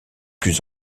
plus